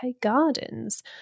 Gardens